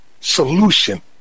solution